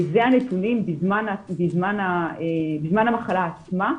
אלה הנתונים בזמן המחלה עצמה.